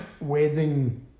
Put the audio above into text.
wedding